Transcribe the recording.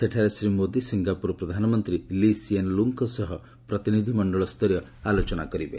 ସେଠାରେ ଶ୍ରୀ ମୋଦି ସିଙ୍ଗାପୁର ପ୍ରଧାନମନ୍ତ୍ରୀ Lee Hsien ଲୁଙ୍ଗ୍ଙ୍କ ସହ ପ୍ରତିନିଧି ମଣ୍ଡଳସ୍ତରୀୟ ଆଲୋଚନା କରିବେ